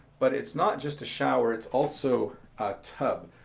but it's not just a shower, it's also a tub.